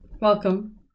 welcome